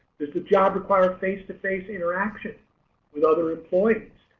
does the job require a face-to-face interaction with other employees?